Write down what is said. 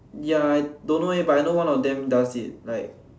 ya I don't know eh but I know one of them does it like